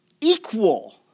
equal